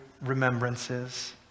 remembrances